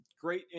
great